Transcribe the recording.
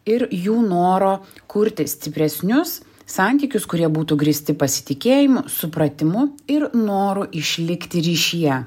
ir jų noro kurti stipresnius santykius kurie būtų grįsti pasitikėjimu supratimu ir noru išlikti ryšyje